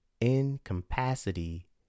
incapacity